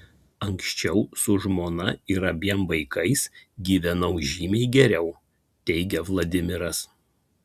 anksčiau su žmona ir abiem vaikais gyvenau žymiai geriau teigia vladimiras